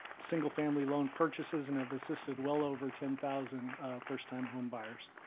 single-family loan purchases and have assisted well over ten thousand first-time home buyers.